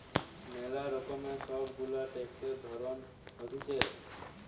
ম্যালা রকমের সব গুলা ট্যাক্সের ধরণ হতিছে